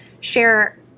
share